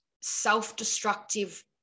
self-destructive